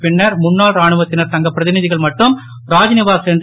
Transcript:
பின்னர் முன்னாள் ராணுவத்தினர் சங்க பிரதிநிதிகள் மட்டும் ராத்நிவாஸ் சென்று